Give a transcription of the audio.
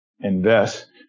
invest